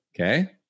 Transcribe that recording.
Okay